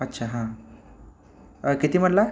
अच्छा हां किती म्हटला